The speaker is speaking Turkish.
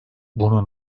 bunu